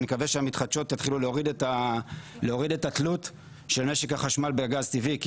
ואני מקווה שהמתחדשות יתחילו להוריד את התלות של משק החשמל בגז טבעי.